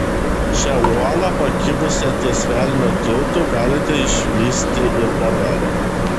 šią uolą pakibusią ties velnio tiltu galite išvysti ir dabar